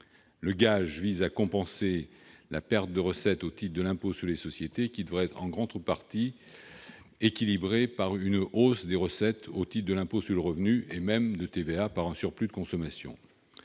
Le gage vise à compenser la perte de recettes au titre de l'impôt sur les sociétés, qui doit être en contrepartie équilibré par une hausse des recettes au titre de l'impôt sur le revenu et de la TVA par un surplus de consommation.